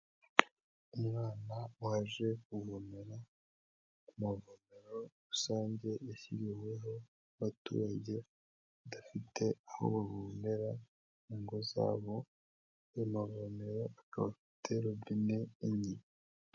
Umwana waje kuvomera ku mavomero rusange yashyiriweho abaturage badafite aho bavomera mu ngo zabo, ayo mavomero akaba afite robine enye.